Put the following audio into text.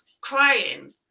crying